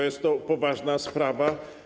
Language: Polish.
Jest to poważna sprawa.